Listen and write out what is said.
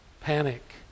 panic